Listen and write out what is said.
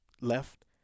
left